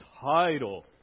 title